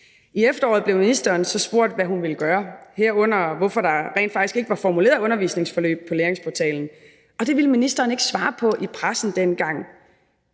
I efteråret blev ministeren så spurgt, hvad hun ville gøre, herunder hvorfor der rent faktisk ikke var formuleret undervisningsforløb på læringsportalen emu.dk. Og det ville ministeren ikke svare på i pressen dengang.